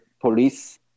police